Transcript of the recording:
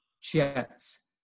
Jets